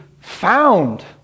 found